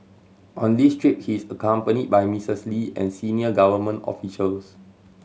on this trip he is accompany by Mistress Lee and senior government officials